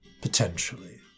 Potentially